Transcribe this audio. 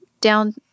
down